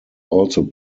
also